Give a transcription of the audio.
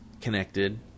connected